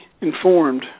informed